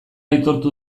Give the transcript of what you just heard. aitortu